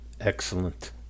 Excellent